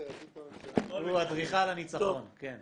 הוא אדריכל הניצחון, כן.